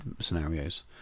scenarios